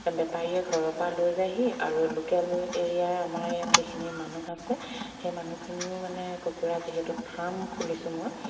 বেপাৰীয়ে ঘৰৰ পৰা লৈ যায়হি আৰু লোকেল এৰিয়াৰ আমাৰ ইয়াত যিখিনি মানুহ আছে সেই মানুহখিনিও মানে কুকুৰা যিহেতু ফাৰ্ম খুলিছোঁ মই